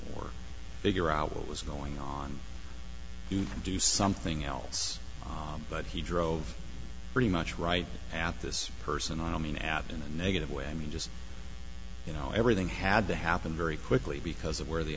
or figure out what was going on to do something else but he drove pretty much right at this person i don't mean at in a negative way i mean just you know everything had to happen very quickly because of where the